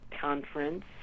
conference